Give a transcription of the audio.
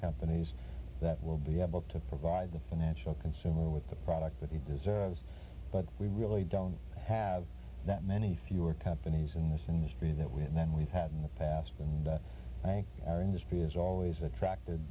news that will be able to provide the financial consumer with the product that he deserves but we really don't have that many fewer companies in this industry that we had then we've had in the past and our industry has always attracted